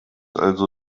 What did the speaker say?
also